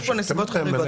יש פה נסיבות חריגות.